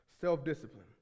Self-discipline